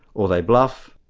or they bluff,